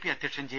P അധ്യക്ഷൻ J